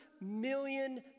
million